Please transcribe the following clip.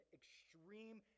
extreme